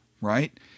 right